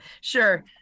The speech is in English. Sure